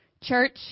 church